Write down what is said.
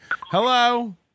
Hello